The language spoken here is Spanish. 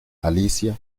alicia